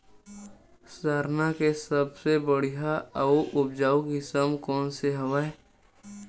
सरना के सबले बढ़िया आऊ उपजाऊ किसम कोन से हवय?